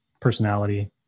personality